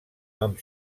nom